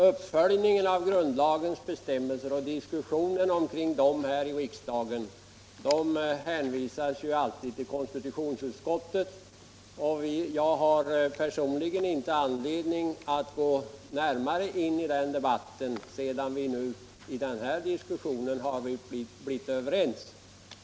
Uppföljningen av grundlagsbestämmelser åvilar konstitutionsutskottet, och diskussion omkring dem här i riksdagen hänvisas också till konstitutionsutskottet. Jag har personligen inte anledning att gå närmare in på den debatten, sedan vi nu blivit överens i den här diskussionen.